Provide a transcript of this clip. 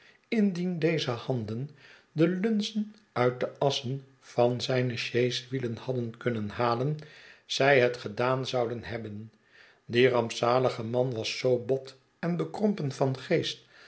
indien deze handen de lunzen uit de assen van zijne sj ees wielen hadden kunnenhalen zij het gedaan zouden hebben die rampzalige man was zoo bot en bekrompen vangeest